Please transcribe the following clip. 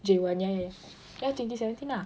J one ya ya ya twenty seventeen ah